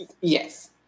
yes